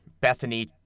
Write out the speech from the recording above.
Bethany